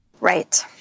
Right